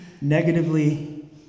negatively